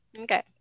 Okay